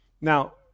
Now